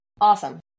awesome